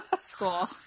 school